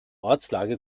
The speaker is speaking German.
ortslage